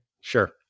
Sure